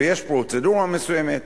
ויש פרוצדורה מסוימת.